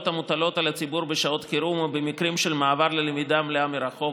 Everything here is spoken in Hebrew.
המוטלות על הציבור בשעות חירום ובמקרים של מעבר ללמידה מלאה מרחוק,